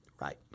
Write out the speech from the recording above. Right